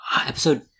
episode